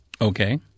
Okay